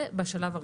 זה בשלב הראשון.